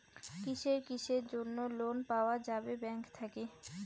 কিসের কিসের জন্যে লোন পাওয়া যাবে ব্যাংক থাকি?